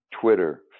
Twitter